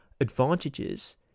advantages